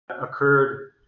occurred